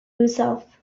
himself